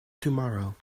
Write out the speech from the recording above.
tomorrow